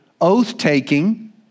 oath-taking